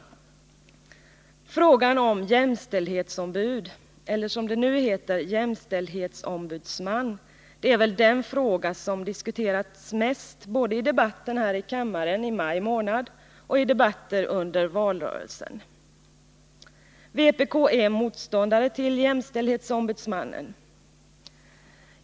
Frågan om jämställdhetsombud, eller som det nu heter jämställdhetsombudsman, är väl den fråga som diskuterats mest, både i debatten här i kammaren i maj månad och i debatter under valrörelsen. Vpk är motståndare till jämställdhetsombudsmannen.